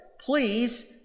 please